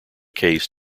case